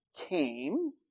came